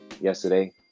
yesterday